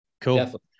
cool